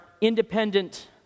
independent